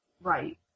right